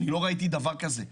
לא ראיתי דבר כזה.